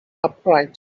upright